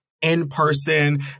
in-person